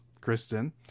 Kristen